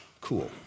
cool